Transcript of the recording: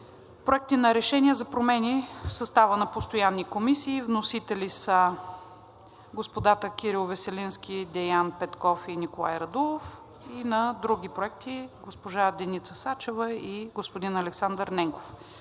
Проекти на решения за промени в състава на постоянни комисии. Вносители са господата Кирил Веселински, Деян Петков и Николай Радулов и на други проекти – госпожа Деница Сачева и господин Александър Ненков.